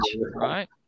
right